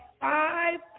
five